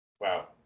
Wow